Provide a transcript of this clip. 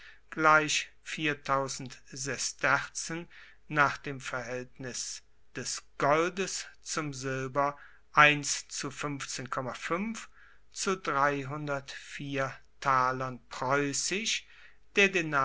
sesterzen nach dem verhaeltnis des goldes zum silber zu